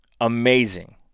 amazing